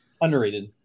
Underrated